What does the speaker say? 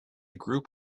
group